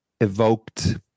evoked